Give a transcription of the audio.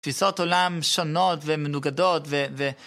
תפיסות עולם שונות ומנוגדות ו...